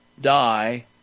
die